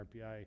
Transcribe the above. RPI